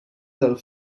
del